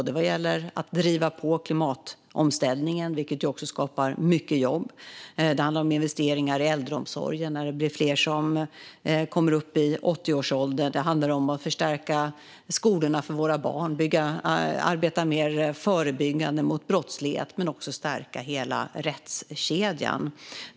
Det handlar om att driva på klimatomställningen, vilket också skapar mycket jobb. Det handlar om investeringar i äldreomsorgen när det blir fler som kommer upp i 80-årsåldern. Det handlar om att förstärka skolorna för våra barn, att arbeta mer förebyggande mot brottslighet men också att stärka hela rättskedjan.